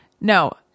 No